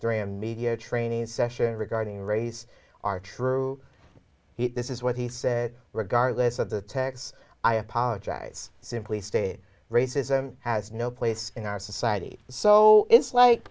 a media training session regarding race are true this is what he said regardless of the text i apologize simply stated racism has no place in our society so it's like